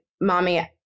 mommy